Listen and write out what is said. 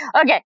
okay